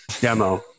demo